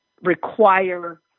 require